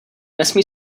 nesmí